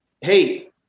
Hey